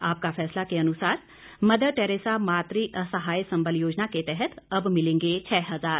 आपका फैसला के अनुसार मदर टेरेसा मातृ असहाय संबल योजना के तहत अब मिलेंगे छह हजार